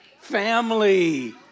Family